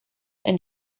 and